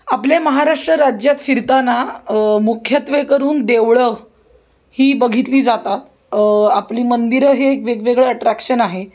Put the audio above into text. आपल्या महाराष्ट्र राज्यात फिरताना मुख्यत्वे करून देवळं ही बघितली जातात आपली मंदिरं हे एक वेगवेगळं अट्रॅक्शन आहे